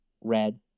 red